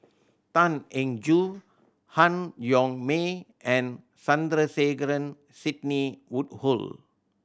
Tan Eng Joo Han Yong May and Sandrasegaran Sidney Woodhull